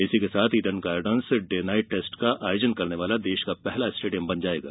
इसी के साथ Eden gardens day night test का आयोजन करने वाला देश का पहला स्टेडियम बन जायेगा